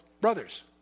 brothers